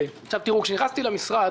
כשנכנסתי למשרד